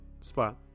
spot